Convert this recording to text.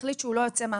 החליט שהוא לא בא,